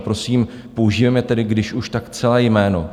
Prosím, používejme tedy, když už, celé jméno.